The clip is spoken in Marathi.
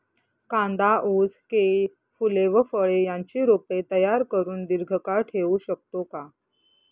कांदा, ऊस, केळी, फूले व फळे यांची रोपे तयार करुन दिर्घकाळ ठेवू शकतो का?